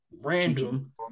random